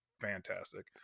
fantastic